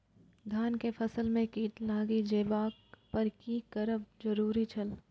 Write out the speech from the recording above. धान के फसल में कीट लागि जेबाक पर की करब जरुरी छल?